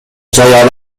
жай